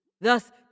Thus